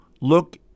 look